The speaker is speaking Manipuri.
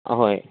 ꯑꯍꯣꯏ